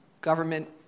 government